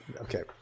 okay